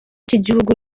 cy’igihugu